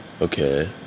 Okay